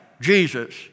Jesus